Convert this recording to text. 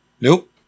Nope